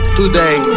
today